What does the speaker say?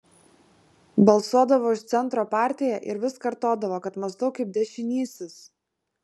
balsuodavo už centro partiją ir vis kartodavo kad mąstau kaip dešinysis